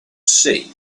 see